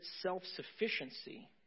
self-sufficiency